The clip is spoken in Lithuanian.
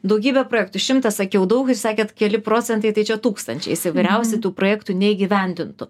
daugybė projektų šimtas sakiau daug jūs sakėt keli procentai tai čia tūkstančiais įvairiausių tų projektų neįgyvendintų